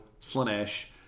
Slanesh